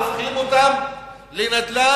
הופכים אותם לנדל"ן